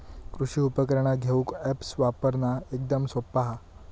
कृषि उपकरणा घेऊक अॅप्स वापरना एकदम सोप्पा हा